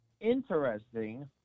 interesting